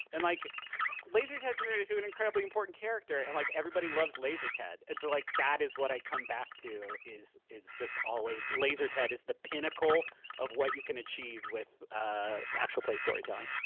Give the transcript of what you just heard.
and like lazer ted turned into an incredibly important character, and like everybody loves lazer ted. it's like, that is what i come back to, is just always lazer ted is the pinnacle of what you can achieve with ah actual play storytelling.